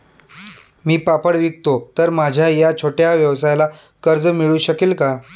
मी पापड विकतो तर माझ्या या छोट्या व्यवसायाला कर्ज मिळू शकेल का?